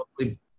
Mostly